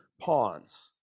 pawns